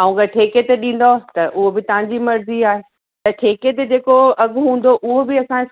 ऐं अगरि ठेके ते ॾींदो त उहो बि तव्हांजी मर्ज़ी आहे ठेके ते जेको अघु हूंदो उहो बि असां